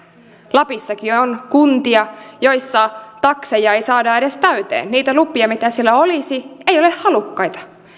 lapissakin on kuntia joissa takseja ei saada edes täyteen niille luville mitä siellä olisi ei ole halukkaita